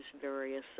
various